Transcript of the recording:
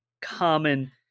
common